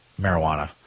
marijuana